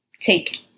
take